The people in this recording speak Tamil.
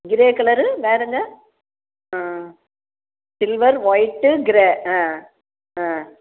இதே கலரு வேறங்க ஆ சில்வர் ஒயிட்டு கிரே ஆ ஆ